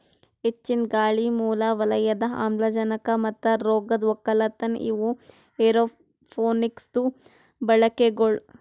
ಹೆಚ್ಚಿಂದ್ ಗಾಳಿ, ಮೂಲ ವಲಯದ ಆಮ್ಲಜನಕ ಮತ್ತ ರೋಗದ್ ಒಕ್ಕಲತನ ಇವು ಏರೋಪೋನಿಕ್ಸದು ಬಳಿಕೆಗೊಳ್